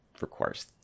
requires